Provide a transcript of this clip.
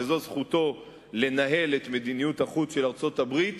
וזו זכותו לנהל את מדיניות החוץ של ארצות-הברית,